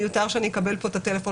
מיותר אני אקבל כאן את מספר הטלפון